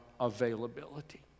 availability